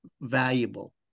valuable